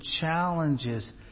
challenges